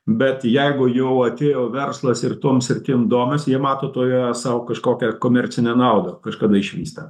bet jeigu jau atėjo verslas ir tom sritim domis jie mato toje sau kažkokią komercinę naudą kažkada išvysta